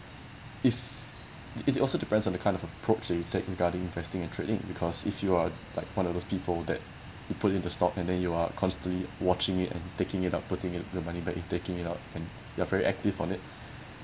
if it it also depends on the kind of approach that you take regarding investing and trading because if you are like one of those people that you put into stock and then you are constantly watching it and taking it out putting it the money back in and taking it out and you're very active on it